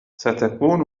ستكون